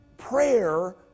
Prayer